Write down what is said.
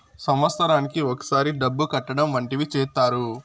సంవత్సరానికి ఒకసారి డబ్బు కట్టడం వంటివి చేత్తారు